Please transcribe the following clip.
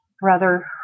brother